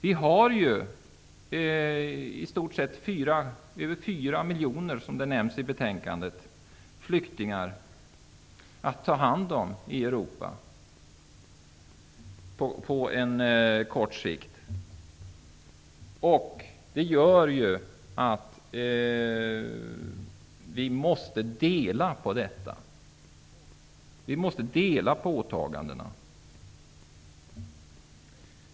Vi i Europa har ju, som nämns i betänkandet, i stort sett mer än 4 miljoner flyktingar att ta hand om på kort sikt. Vi måste alltså dela ansvaret för de åtagandena.